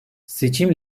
seçmen